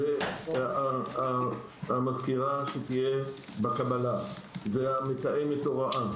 זה המזכירה שתהיה בקבלה, זאת מתאמת ההוראה